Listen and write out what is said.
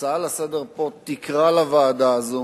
שההצעה לסדר-היום תקרא לוועדה הזו